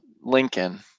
Lincoln